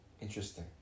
Interesting